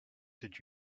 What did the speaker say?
did